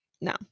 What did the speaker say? No